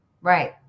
Right